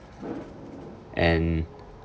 and